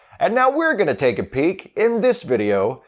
and now we're gonna take a peek in this video,